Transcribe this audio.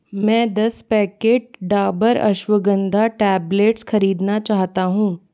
मैं दस packet Dabur ashwagandha tablets ख़रीदना चाहता हूँ